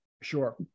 Sure